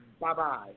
Bye-bye